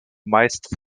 meist